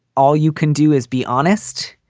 all you can do is be honest,